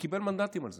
וקיבל מנדטים על זה,